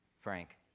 frank?